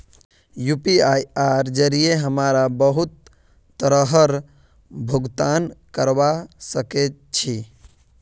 यूपीआईर जरिये हमरा बहुत तरहर भुगतान करवा सके छी